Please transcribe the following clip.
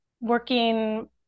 working